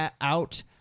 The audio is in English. out